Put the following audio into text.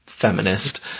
feminist